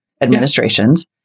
administrations